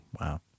Wow